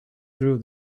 through